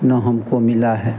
ना हमको मिला है